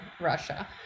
Russia